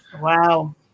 Wow